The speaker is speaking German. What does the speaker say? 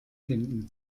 finden